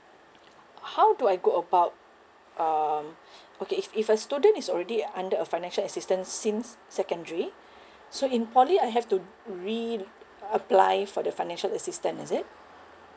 how do I go about um okay if if a student is already uh under a financial assistance since secondary so in poly I have to re apply for the financial assistance is it